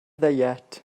ddiet